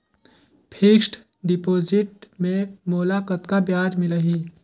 Fixed deposit मे मोला कतका ब्याज मिलही?